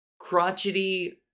crotchety